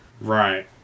Right